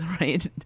right